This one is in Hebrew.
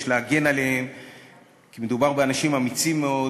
יש להגן עליהם כי מדובר באנשים אמיצים מאוד.